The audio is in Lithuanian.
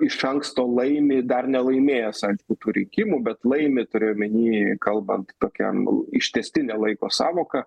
iš anksto laimi dar nelaimėjęs aišku tų rinkimų bet laimi turiu omeny kalbant tokia ištęstine laiko sąvoka